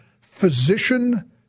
physician